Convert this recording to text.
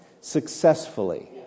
successfully